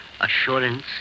assurance